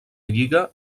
lliga